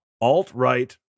alt-right